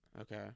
Okay